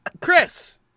Chris